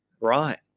Right